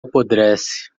apodrece